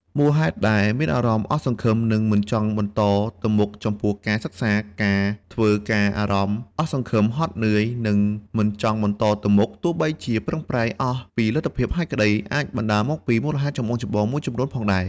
មូលហេតុដែលមានអារម្មណ៍អស់សង្ឃឹម និងមិនចង់បន្តទៅមុខចំពោះការសិក្សា ការធ្វើការអារម្មណ៍អស់សង្ឃឹម ហត់នឿយ និងមិនចង់បន្តទៅមុខ ទោះបីជាបានប្រឹងប្រែងអស់ពីលទ្ធភាពហើយក្តី អាចបណ្តាលមកពីមូលហេតុចម្បងៗមួយចំនួនផងដែរ។